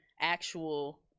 actual